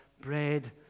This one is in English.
bread